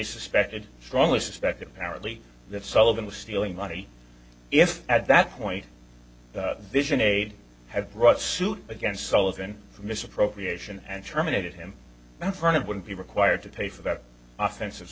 suspected strongly suspect apparently that sullivan was stealing money if at that point the vision aid had brought suit against sullivan for misappropriation and terminated him in front of wouldn't be required to pay for that offensive